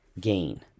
gain